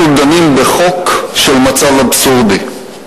אנחנו דנים בחוק של מצב אבסורדי,